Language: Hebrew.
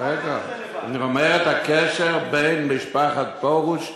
על הקשר בין משפחת פרוש לחינוך.